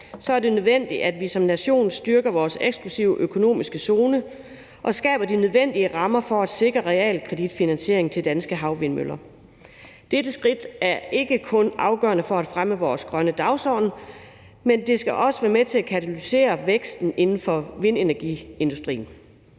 er det nødvendigt, at vi som nation styrker vores eksklusive økonomiske zone og skaber de nødvendige rammer for at sikre realkreditfinansiering af danske havvindmøller. Dette skridt er ikke kun afgørende for at fremme vores grønne dagsorden; det skal også være med til at katalysere væksten inden for vindenergiindustrien.